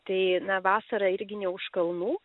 tai na vasara irgi ne už kalnų